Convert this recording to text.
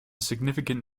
significant